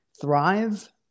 thrive